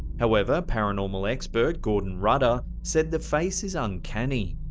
however paranormal expert gordon rutter said the face is uncanny.